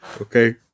Okay